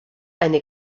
eine